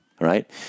Right